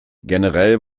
generell